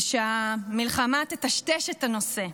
ושהמלחמה תטשטש את הנושא.